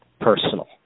personal